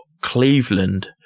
Cleveland